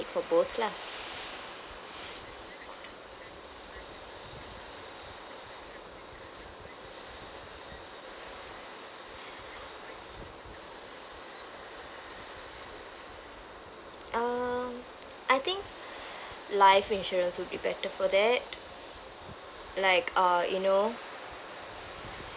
for both lah um I think life insurance will be better for that like uh you know